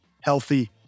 healthy